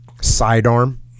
sidearm